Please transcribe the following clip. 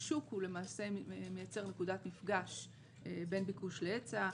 השוק הוא למעשה מייצר נקודת מפגש בין ביקוש להיצע.